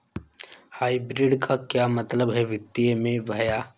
Hybrid का क्या मतलब है वित्तीय में भैया?